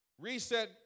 Reset